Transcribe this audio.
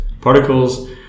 particles